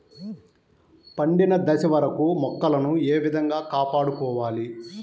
పండిన దశ వరకు మొక్కలను ఏ విధంగా కాపాడుకోవాలి?